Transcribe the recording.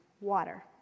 water